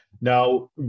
Now